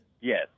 Yes